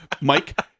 Mike